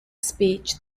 speech